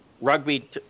rugby